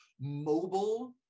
mobile